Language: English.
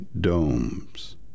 domes